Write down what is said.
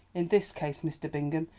in this case, mr. bingham,